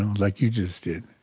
like you just did.